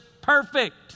perfect